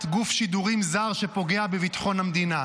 גוף שידורים זר שפוגע בביטחון המדינה.